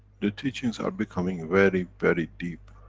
the teachings are becoming very, very, deep.